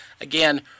Again